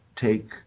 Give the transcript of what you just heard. take